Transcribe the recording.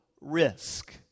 risk